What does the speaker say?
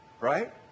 Right